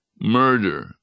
murder